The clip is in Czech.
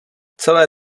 celé